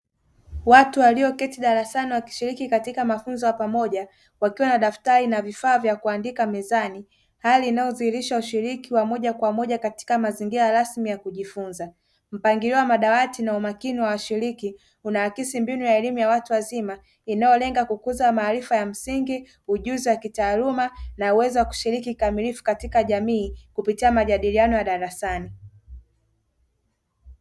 Watu walioketi darasani wakishiriki katika mafunzo ya pamoja wakiwa na daftari na vifaa vya kuandika mezani hali inayodhihirisha ushiriki wa moja kwa moja katika mazingira rasmi ya kujifunza. Mpangilio wa madawati na umakini wa washiriki unaakisi mbinu ya elimu ya watu wazima inayolenga kukuza maarifa ya msingi, ujuzi wa kitaaluma na uwezo wa kushiriki kikamilifu katika jamii kupitia majadiliano ya darasani.